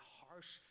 harsh